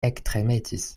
ektremetis